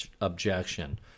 objection